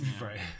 Right